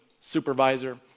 supervisor